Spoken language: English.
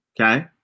Okay